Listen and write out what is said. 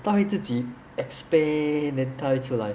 他会自己 expand then 他会出来